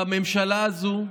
בממשלה הזאת,